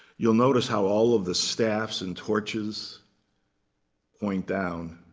you'll notice how all of the staffs and torches point down,